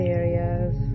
areas